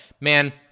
man